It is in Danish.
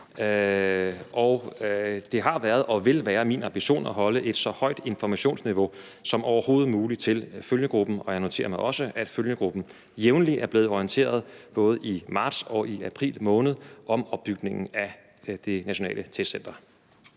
Det har været og vil være min ambition at holde et så højt informationsniveau som overhovedet muligt til følgegruppen. Jeg noterer mig også, at følgegruppen jævnligt både i marts og april måned er blevet orienteret om opbygningen af det nationale testcenter.